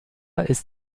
ist